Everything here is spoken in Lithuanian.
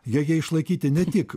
joj išlaikyti ne tik